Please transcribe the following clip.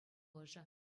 ӑшӑ